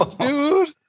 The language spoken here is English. dude